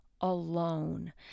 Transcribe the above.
alone